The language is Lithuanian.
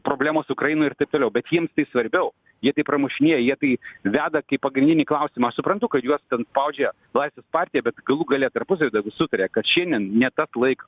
problemos ukrainoj ir taip toliau bet jiems tai svarbiau jie tai pramušinėja jie tai veda kaip pagrindinį klausimą aš suprantu kad juos spaudžia laisvės partija bet galų gale tarpusavy sutarė kad šiandien ne tas laikas